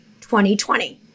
2020